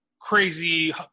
crazy